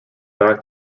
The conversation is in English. back